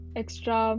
extra